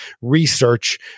research